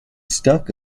stuck